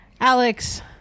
Alex